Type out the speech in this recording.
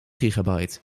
gigabyte